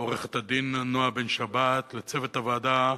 לעורכת-דין נועה בן-שבת, לצוות הוועדה,